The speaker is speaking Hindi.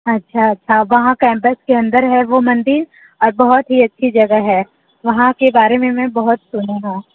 अच्छा अच्छा वहाँ हाँ कैंपस के अंदर है वो मंदिर और बहुत ही अच्छी जगह है वहाँ के बारे में मैं बहुत सुनी हूँ